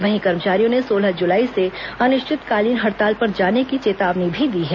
वहीं कर्मचारियों ने सोलह जुलाई से अनिश्चितकालीन हड़ताल पर जाने की चेतावनी भी दी है